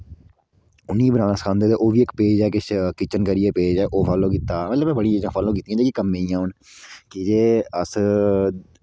उ'ने बनाना सखांदे ओह् बा इक पेज़ ऐ किश किचन करियै पेज़ ऐ ओह् फालो कीता मतलब में बड़ियां चीज़ा फॉलो कीतियां जेह्कियां कम्मे दियां होन की जे अस